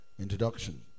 Introduction